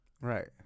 Right